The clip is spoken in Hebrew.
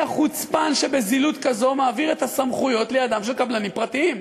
מי החוצפן שבזילות כזאת מעביר את הסמכויות לידם של קבלנים פרטיים?